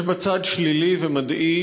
יש בה צד שלילי ומדאיג,